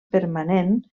permanent